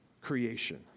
creation